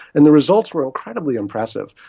and the results were incredibly impressive.